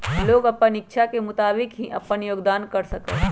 लोग अपन इच्छा के मुताबिक ही अपन योगदान कर सका हई